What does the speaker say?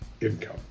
income